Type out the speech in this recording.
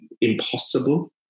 impossible